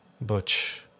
Butch